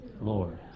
Lord